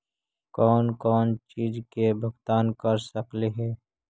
कौन कौन चिज के भुगतान कर सकली हे?